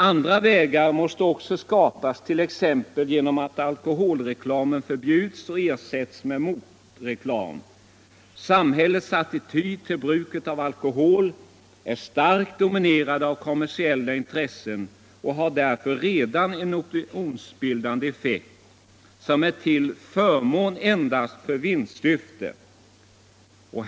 Andra vägar måste också skapas, t.ex. genom att alkoholreklamen förbjuds och ersätts med motreklam. Samhällets attityd till bruket av alkohol är starkt dominerad av kommersiella intressen och har därför redan en opinionsbildande effekt, som är till förmån endast för vinstsyften.